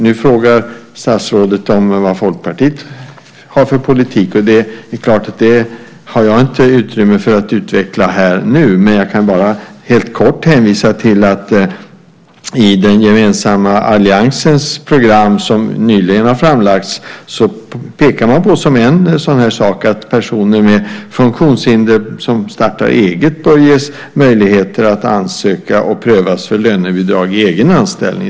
Nu frågar statsrådet vad Folkpartiet har för politik. Det är klart att jag inte har utrymme att utveckla det nu. Jag kan bara helt kort hänvisa till att man i den gemensamma alliansens program som nyligen har framlagts pekar på, som en sådan här sak, att personer med funktionshinder som startar eget bör ges möjligheter att ansöka om och prövas för lönebidrag i egen anställning.